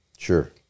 Sure